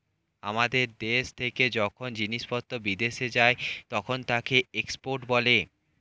আমাদের দেশ থেকে যখন জিনিসপত্র বিদেশে যায় তখন তাকে এক্সপোর্ট বলে